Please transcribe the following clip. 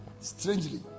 Strangely